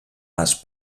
les